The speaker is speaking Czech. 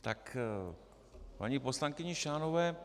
K paní poslankyni Šánové.